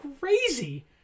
crazy